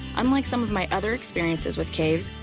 unlike some of my other experiences with caves,